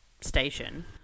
station